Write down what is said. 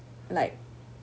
like